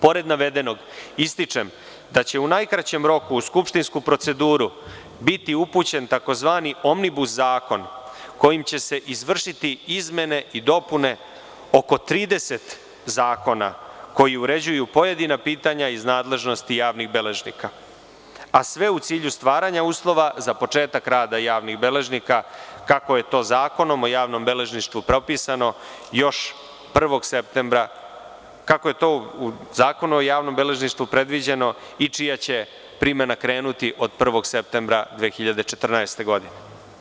Pored navedenog, ističem da će u najkraćem roku u skupštinsku proceduru biti upućen tzv. omnibus zakona kojima će se izvršiti izmene i dopune oko 30 zakona koji uređuju pojedina pitanja iz nadležnosti javnih beležnika, a sve u cilju stvaranja uslova za početak rada javnih beležnika, kako je to u Zakonu o javnom beležništvu predviđeno i čija će primena krenuti od 1. septembra 2014. godine.